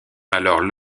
alors